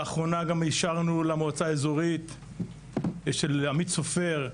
לאחרונה גם אישרנו למועצה האזורית של עמית סופר,